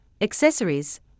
accessories